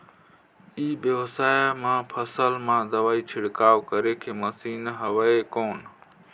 ई व्यवसाय म फसल मा दवाई छिड़काव करे के मशीन हवय कौन?